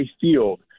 field